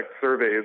surveys